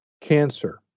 cancer